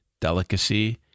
delicacy